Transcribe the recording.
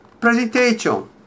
presentation